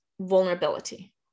vulnerability